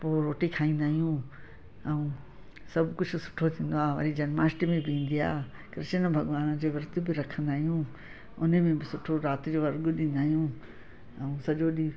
पोइ रोटी खाईंदा आहियूं ऐं सभु कुझु सुठो थींदो आहे वरी जन्माष्टमी बि ईंदी आहे कृष्ण भॻवानु जो विर्तु बि रखंदा आहियूं उनमें बि सुठो राति जो अर्घ ॾींदा आहियूं ऐं सॼो ॾींहुं